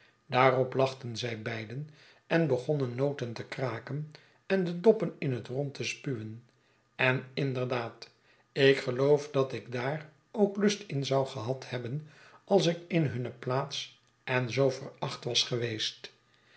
daarop lachten zij beiden en begonnen noten te kraken en de doppen in het rond te spuwen en inderdaad ik geloof dat ik daar ook lust in zou gehad hebben als ik in hunne plaats en zoo veracht was geweest